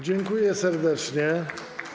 Dziękuję serdecznie.